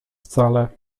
wcale